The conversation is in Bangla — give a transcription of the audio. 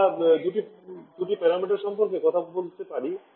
আমরা দুটি প্যারামিটার সম্পর্কে কথা বলতে পারি